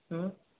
ହୁଁ